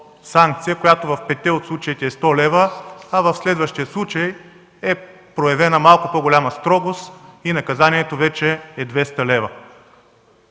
която в петте от случаите е сто лева, а в следващия случай е проявена малко по-голяма строгост и наказанието вече е 200 лв.